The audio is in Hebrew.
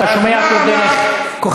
אז מה אמר, אתה שומע אותו דרך 99*?